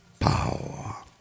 Power